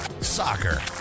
soccer